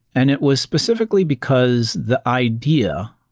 and it was specifically because the idea,